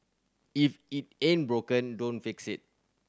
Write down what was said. if it ain't broken don't fix it